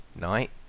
night